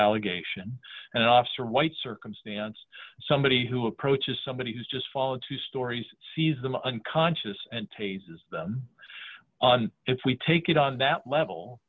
allegation and officer white circumstance somebody who approaches somebody who's just followed two stories sees them unconscious and tases them if we take it on that level